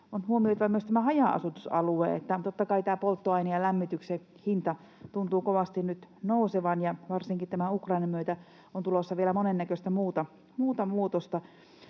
On huomioitava myös haja-asutusalueet. Totta kai polttoaineen ja lämmityksen hinta tuntuu kovasti nyt nousevan, ja varsinkin tämän Ukrainan myötä on tulossa vielä monen näköistä muuta muutosta.